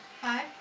Hi